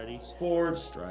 sports